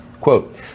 Quote